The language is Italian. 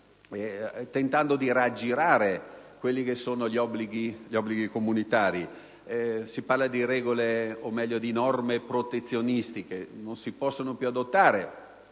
cercando di aggirare gli obblighi comunitari. Si parla di regole, o meglio, di norme protezionistiche, che non si possono più adottare,